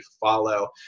follow